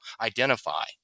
identify